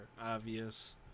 obvious